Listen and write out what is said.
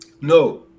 No